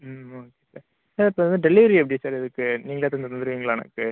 ம் okay sir இப்போ வந்து டெலிவரி எப்படி சார் இதுக்கு நீங்களே எடுத்து வந்து தந்துருவீங்களா எனக்கு